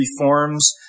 reforms